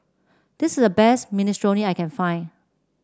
this is the best Minestrone I can find